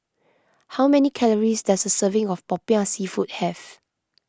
how many calories does a serving of Popiah Seafood have